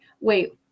wait